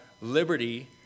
liberty